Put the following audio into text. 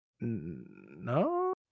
no